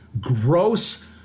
gross